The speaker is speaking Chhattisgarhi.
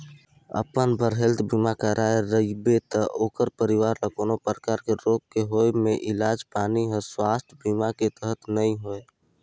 अपन बर हेल्थ बीमा कराए रिबे त ओखर परवार ल कोनो परकार के रोग के होए मे इलाज पानी हर सुवास्थ बीमा के तहत नइ होए